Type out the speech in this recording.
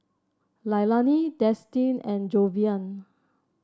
Leilani Destin and Jayvion